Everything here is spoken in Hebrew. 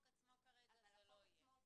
כאן זה לא יהיה.